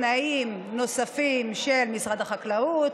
לתנאים נוספים של משרד החקלאות,